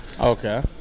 Okay